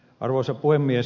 arvoisa puhemies